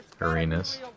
arenas